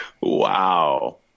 Wow